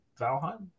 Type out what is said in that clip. Valheim